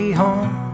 home